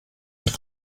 und